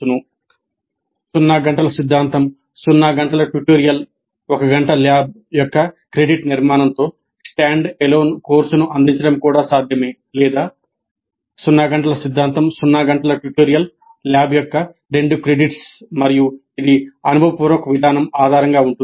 0 సిద్ధాంతం 0 tutorial 1 lab యొక్క credit నిర్మాణంతో స్టాండ్ అలోన్ కోర్సును అందించడం కూడా సాధ్యమే లేదా 0 సిద్ధాంతం 0 ట్యుటోరియల్ ల్యాబ్ యొక్క 2 క్రెడిట్స్ మరియు ఇది అనుభవపూర్వక విధానం ఆధారంగా ఉంటుంది